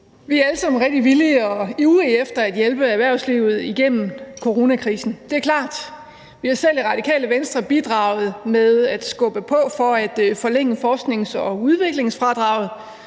Vi er alle sammen rigtig villige til og ivrige efter at hjælpe erhvervslivet igennem coronakrisen. Det er klart. Vi har selv i Radikale Venstre bidraget med at skubbe på for at forlænge forsknings- og udviklingsfradraget